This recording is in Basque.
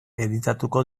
editatuko